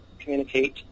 communicate